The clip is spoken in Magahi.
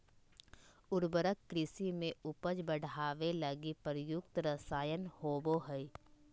उर्वरक कृषि में उपज बढ़ावे लगी प्रयुक्त रसायन होबो हइ